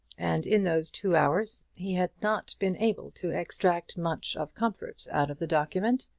and in those two hours he had not been able to extract much of comfort out of the document.